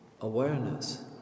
awareness